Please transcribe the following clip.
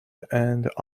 and